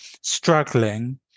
struggling